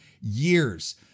years